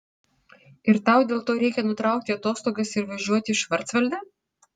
ir tau dėl to reikia nutraukti atostogas ir važiuoti į švarcvaldą